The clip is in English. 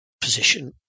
position